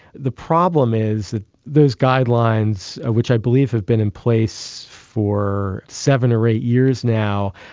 the problem is that those guidelines, ah which i believe have been in place for seven or eight years now,